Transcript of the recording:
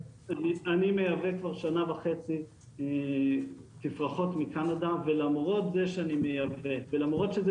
אני מייבא כבר שנה וחצי תפרחות מקנדה ולמרות זה 5שאני מייבא ולמרות שזה